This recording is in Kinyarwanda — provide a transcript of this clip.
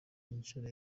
inshuro